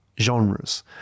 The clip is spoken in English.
genres